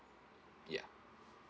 ya